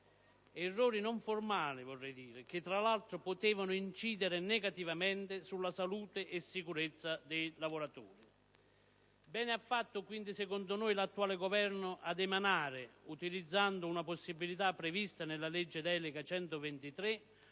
errori non formali vorrei dire, che, tra l'altro, potevano incidere negativamente sulla salute e sulla sicurezza dei lavoratori. Bene ha fatto quindi, secondo noi, l'attuale Governo ad emanare, utilizzando una possibilità prevista nella legge delega n.